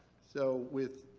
so with.